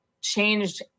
changed